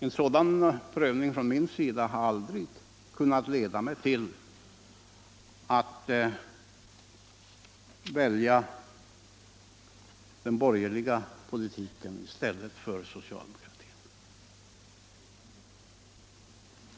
En sådan prövning från min sida har aldrig kunnat leda mig till att välja den borgerliga politiken i stället för den socialdemokratiska.